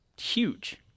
huge